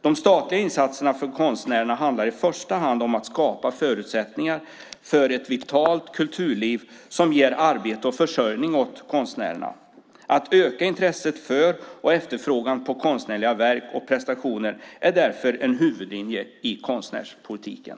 De statliga insatserna för konstnärerna handlar i första hand om att skapa förutsättningar för ett vitalt kulturliv som ger arbete och försörjning åt konstnärerna. Att öka intresset för och efterfrågan på konstnärliga verk och prestationer är därför en huvudlinje i konstnärspolitiken.